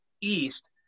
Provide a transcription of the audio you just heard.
east